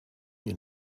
you